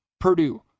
Purdue